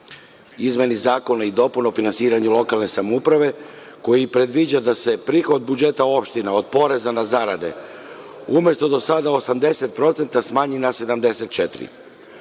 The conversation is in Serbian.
izmeni i dopuni Zakona o finansiranju lokalne samouprave, koji predviđa da se prihod budžeta opština od poreza na zarade umesto do sada 80% smanji na